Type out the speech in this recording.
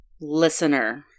listener